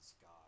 God